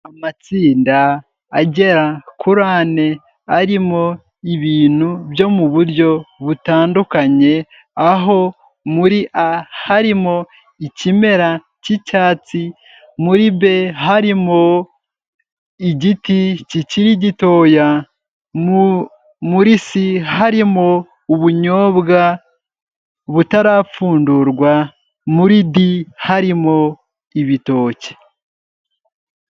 Amatsinda agera kuri ane, arimo ibintu byo mu buryo butandukanye, aho muri A harimo ikimera cy'icyatsi, muri B harimo igiti kikiri gitoya, mu muri C, harimo ubunyobwa butarapfundurwa, muri D, harimo ibitoki.